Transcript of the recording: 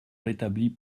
rétablit